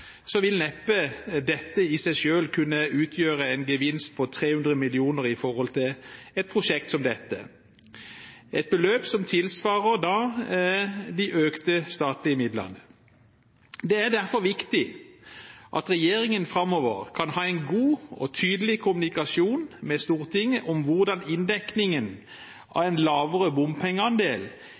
vil neppe dette i seg selv kunne utgjøre en gevinst på 300 mill. kr i et prosjekt som dette – et beløp som tilsvarer de økte statlige midlene. Det er derfor viktig at regjeringen framover kan ha en god og tydelig kommunikasjon med Stortinget om hvordan inndekningen av en lavere bompengeandel